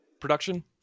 Production